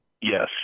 Yes